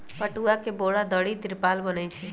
पटूआ से बोरा, दरी, तिरपाल बनै छइ